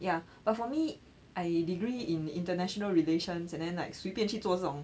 ya but for me I degree in international relations and then like 随便去做这种